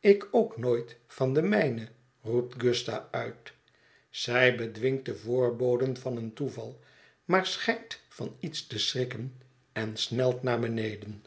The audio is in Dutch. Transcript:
ik ook nooit van de mijne roept gusta uit zij bedwingt de voorboden van een toeval maar schijnt van iets te schrikken en snelt naar beneden